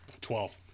Twelve